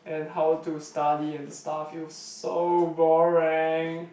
and how to study and stuff it was so boring